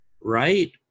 right